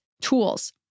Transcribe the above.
tools